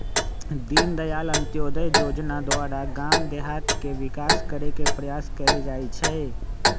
दीनदयाल अंत्योदय जोजना द्वारा गाम देहात के विकास करे के प्रयास कएल जाइ छइ